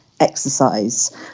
Exercise